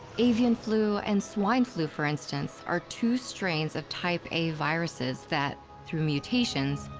avian flu and swine flu, for instance, are two strains of type a viruses that through mutations,